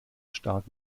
stark